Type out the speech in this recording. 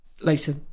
later